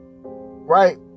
right